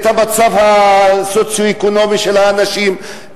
המצב הסוציו-אקונומי של האנשים,